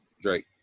Drake